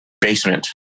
basement